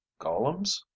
golems